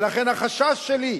לכן החשש שלי,